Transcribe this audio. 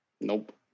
Nope